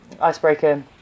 Icebreaker